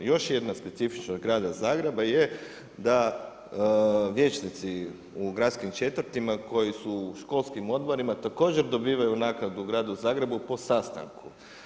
Još je jedna specifičnost Grada Zagreba, je da vijećnici u gradskim četvrtima koji su u školskim odborima, također dobivaju naknadu u Gradu Zagrebu po sastanku.